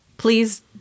Please